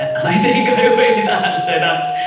i think i weigh that, and so that's,